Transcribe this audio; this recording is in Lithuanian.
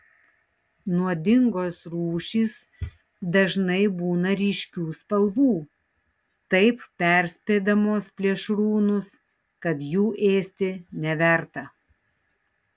nuodingos rūšys dažnai būna ryškių spalvų taip perspėdamos plėšrūnus kad jų ėsti neverta